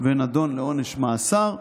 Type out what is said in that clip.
ונדון לעונש מאסר,